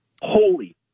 holy